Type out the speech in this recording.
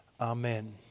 Amen